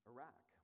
Iraq